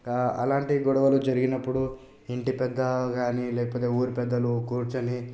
అలాంటి గొడవలు జరిగినప్పుడు ఇంటి పెద్దగాని లేకపోతే ఊరు పెద్దలు కూర్చుని